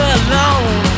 alone